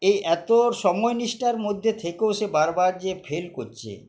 এই এত সময় নিষ্ঠার মধ্যে থেকেও সে বারবার যে ফেল করচ্ছে